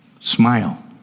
Smile